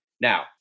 Now